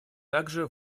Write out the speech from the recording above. также